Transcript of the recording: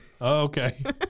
okay